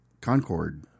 Concorde